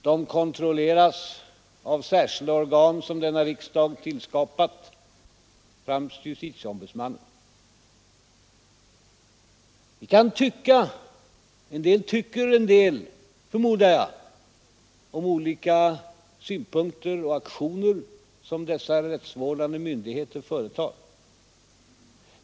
De kontrolleras av särskilda organ som denna riksdag tillskapat, främst justitieombudsmannen. Det finns olika synpunkter om de aktioner som de rättsvårdande myndigheterna företar.